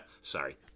Sorry